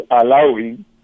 allowing